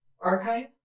archive